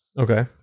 Okay